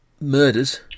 murders